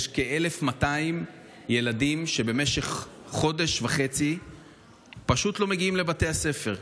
יש כ-1,300 ילדים שבמשך חודש וחצי פשוט לא מגיעים לבתי הספר,